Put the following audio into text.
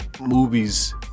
movies